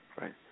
Right